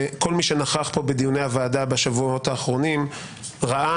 וכל מי שנכח פה בדיוני הוועדה בשבועות האחרונים ראה,